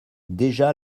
déjà